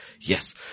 Yes